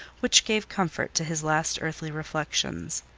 which gave comfort to his last earthly reflections.